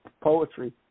poetry